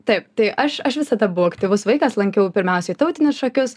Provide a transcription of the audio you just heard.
taip tai aš aš visada buvau aktyvus vaikas lankiau pirmiausiai tautinius šokius